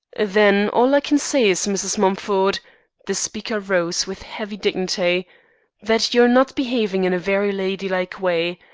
then all i can say is, mrs. mumford' the speaker rose with heavy dignity that you're not behaving in a very ladylike way.